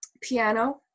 piano